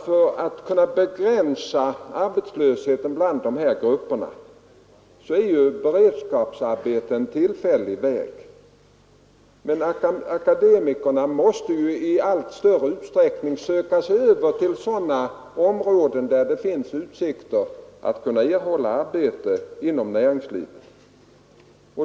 För att kunna begränsa arbetslösheten bland de här grupperna är det klart att beredskapsarbeten är en tillfällig väg att gå. Men akademikerna måste ju i allt större utsträckning söka sig över till sådana områden, där det finns utsikter för dem att erhålla arbete inom näringslivet.